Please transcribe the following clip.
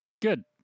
good